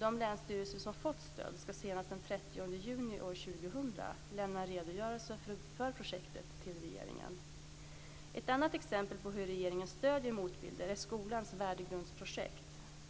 De länsstyrelser som fått stöd ska senast den 30 juni år 2000 lämna en redogörelse för projektet till regeringen. Ett annat exempel på hur regeringen stöder motbilder är skolans värdegrundsprojekt.